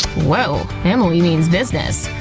woah, emily means business!